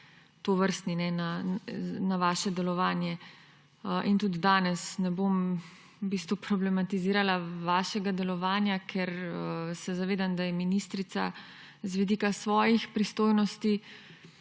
očitki na vaše delovanje in tudi danes ne bom problematizirala vašega delovanja, ker se zavedam, da je ministrica z vidika svojih pristojnosti